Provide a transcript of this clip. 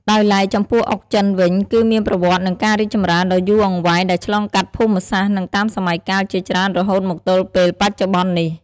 ដោយឡែក ចំពោះអុកចិនវិញ គឺមានប្រវត្តិនិងការរីកចម្រើនដ៏យូរអង្វែងដែលឆ្លងកាត់ភូមិសាស្ត្រ និងតាមសម័យកាលជាច្រើនរហូតមកទល់ពេលបច្ចុប្បន្ននេះ។